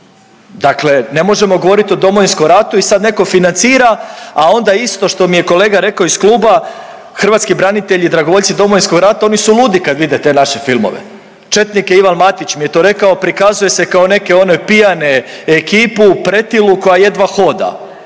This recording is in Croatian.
Dakle, ne možemo govoriti o Domovinskom ratu i sad netko financira, a onda isto što mi je kolega rekao iz kluba hrvatski branitelji i dragovoljci Domovinskog rata oni su ludi kad vide te naše filmove. Četnike Ivan Matić mi je to rekao prikazuje se kao neke one pijane ekipu pretilu koja jedva hoda.